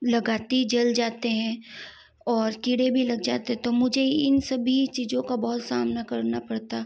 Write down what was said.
लगाते ही जल जाते हैं और कीड़े भी लग जाते हैं तो मुझे इन सभी चीज़ों का बहुत सामना करना पड़ता